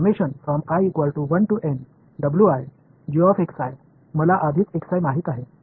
இது வெறுமனே இருக்கும் நான் இப்போது ஒருங்கிணைக்க விரும்பினால் ஃபங்ஷன் மதிப்பை மாற்றுகிறேன்